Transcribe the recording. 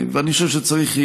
אני מאוד מקווה,